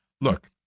Look